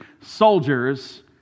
soldiers